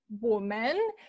woman